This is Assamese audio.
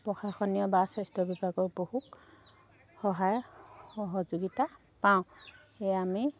প্ৰশাসনীয় বা স্বাস্থ্য বিভাগৰ বহু সহায় সহযোগিতা পাওঁ সেয়া আমি